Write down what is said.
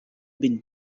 been